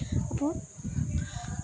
അപ്പം